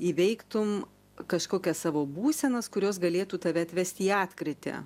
įveiktum kažkokias savo būsenas kurios galėtų tave atvesti į atkrytį